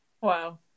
Wow